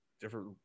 different